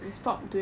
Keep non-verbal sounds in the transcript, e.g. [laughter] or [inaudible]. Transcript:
[laughs]